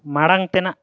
ᱢᱟᱲᱟᱝ ᱛᱮᱱᱟᱜ